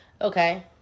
Okay